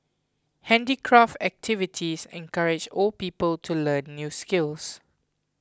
handicraft activities encourage old people to learn new skills